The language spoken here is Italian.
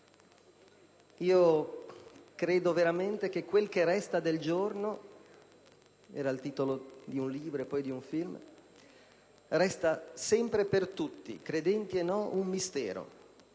Credo veramente che "quel che resta del giorno" (era il titolo di un libro e poi di un film) resta sempre, per tutti, credenti o no, un mistero.